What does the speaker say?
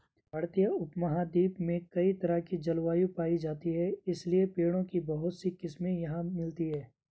भारतीय उपमहाद्वीप में कई तरह की जलवायु पायी जाती है इसलिए पेड़ों की बहुत सी किस्मे यहाँ मिलती हैं